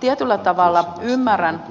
tietyllä tavalla ymmärrän